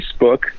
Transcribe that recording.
Facebook